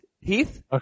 Heath